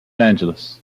angeles